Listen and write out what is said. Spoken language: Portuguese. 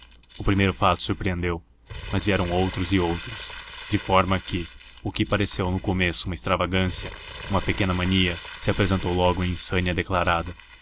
o primeiro fato surpreendeu mas vieram outros e outros de forma que o que pareceu no começo uma extravagância uma pequena mania se apresentou logo em insânia declarada